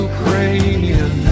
Ukrainian